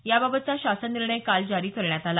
याबाबतचा शासन निर्णय काल जारी करण्यात आला